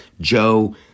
Joe